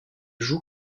joue